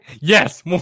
Yes